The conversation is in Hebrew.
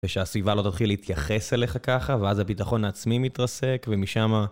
ושהסביבה לא תתחיל להתייחס אליך ככה, ואז הביטחון העצמי מתרסק, ומשם...